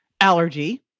allergy